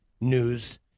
news